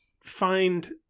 find